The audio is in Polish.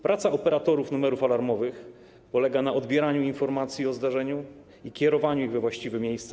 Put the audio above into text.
Praca operatorów numerów alarmowych polega na odbieraniu informacji o zdarzeniu i kierowaniu ich dalej, we właściwe miejsca.